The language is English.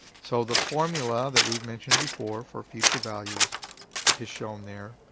so the formula that we've mentioned before for future value is is shown there.